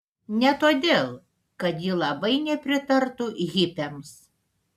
ne todėl kad ji labai nepritartų hipiams